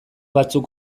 batzuk